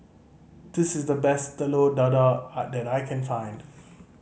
this is the best Telur Dadah that I can find